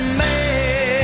man